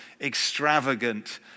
extravagant